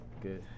good